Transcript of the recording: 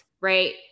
right